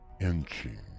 inching